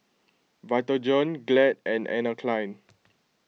Vitagen Glad and Anne Klein